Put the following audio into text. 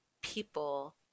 people